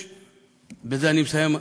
בזה אני מסיים,